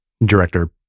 director